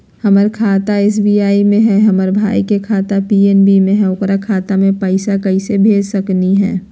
हमर खाता एस.बी.आई में हई, हमर भाई के खाता पी.एन.बी में हई, ओकर खाता में पैसा कैसे भेज सकली हई?